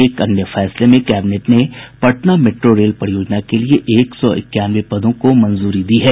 एक अन्य फैसले में कैबिनेट ने पटना मेट्रो रेल परियोजना के लिए एक सौ इक्यानवे पदों को मंजूरी दी है